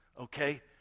okay